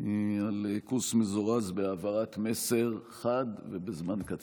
על קורס מזורז בהעברת מסר חד ובזמן קצר.